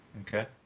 Okay